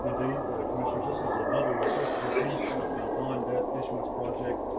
and d commissioners. this is another way of the bond debt issuance project.